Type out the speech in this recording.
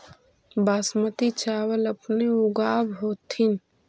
बासमती चाबल अपने ऊगाब होथिं?